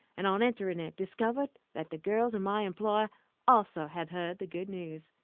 and on entering it, discovered that the girls in my employ also had heard the good news.